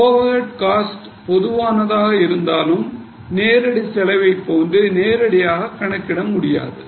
over had cost பொதுவானதாக இருந்தாலும் நேரடி செலவைப் போன்று நேரடியாக கணக்கிட முடியாது